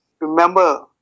remember